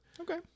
okay